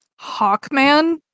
Hawkman